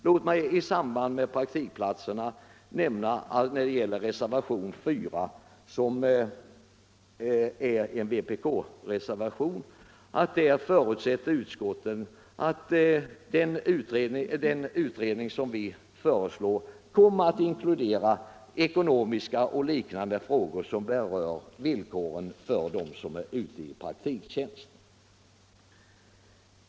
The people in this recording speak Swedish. Låt mig i samband med praktikplatserna nämna, med anledning av reservationen 3 från vpk, att utskottet förutsätter att den utredning som vi föreslår kommer att inkludera ekonomiska och liknande frågor som berör villkoren för den som är ute i praktiktjänst.